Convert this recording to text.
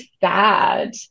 sad